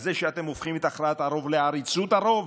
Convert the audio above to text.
על זה שאתם הופכים את הכרעת הרוב לעריצות הרוב?